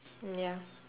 ya